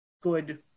good